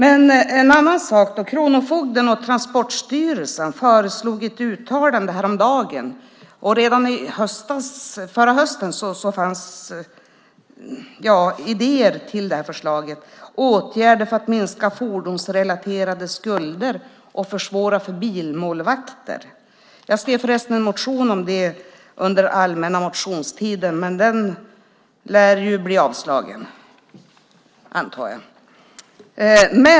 En annan sak: Kronofogden och Transportstyrelsen föreslog i ett uttalande häromdagen - och redan förra hösten fanns idéer till detta förslag - åtgärder för att minska fordonsrelaterade skulder och försvåra för bilmålvakter. Jag skrev förresten en motion om det under allmänna motionstiden, men den lär bli avslagen antar jag.